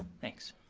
thanks.